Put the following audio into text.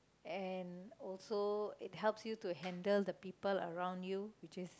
and also it helps you to handle the people around you which is